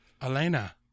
Elena